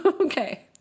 Okay